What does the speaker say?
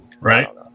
Right